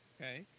Okay